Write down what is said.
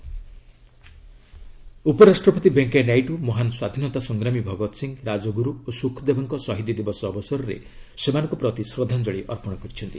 VP tribute ଉପରାଷ୍ଟ୍ରପତି ଭେଙ୍କିୟା ନାଇଡ଼ୁ ମହାନ୍ ସ୍ୱାଧୀନତା ସଂଗ୍ରାମୀ ଭଗତ ସିଂ ରାଜଗୁରୁ ଓ ସୁଖଦେବଙ୍କ ଶହୀଦ ଦିବସ ଅବସରରେ ସେମାନଙ୍କ ପ୍ରତି ଶ୍ରଦ୍ଧାଞ୍ଜଳି ଅର୍ପଣ କରିଛନ୍ତି